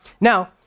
Now